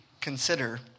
consider